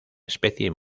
especie